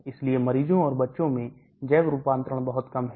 इसलिए मरीजों और बच्चों में जैव रूपांतरण बहुत कम है